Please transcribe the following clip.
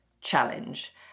challenge